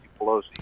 Pelosi